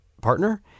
partner